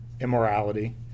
immorality